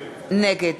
נגד